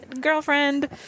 girlfriend